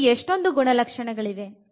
ಹೀಗೆ ಎಷ್ಟೊಂದು ಗುಣಲಕ್ಷಣಗಳಿವೆ